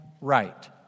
right